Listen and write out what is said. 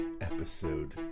episode